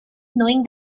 knowing